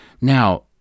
Now